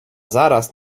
zaraz